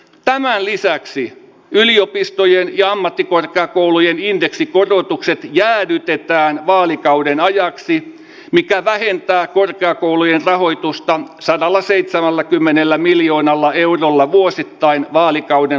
tämän lisäksi yliopistojen ja ammattikorkeakoulujen indeksikorotukset jäädytetään vaalikauden ajaksi mikä vähentää korkeakoulujen rahoitusta sadallaseitsemälläkymmenellä miljoonalla eurolla vuosittain vaalikauden